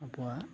ᱟᱵᱚᱣᱟᱜ